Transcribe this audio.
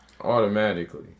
Automatically